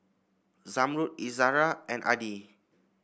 Zamrud Izara and Adi